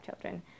children